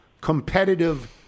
competitive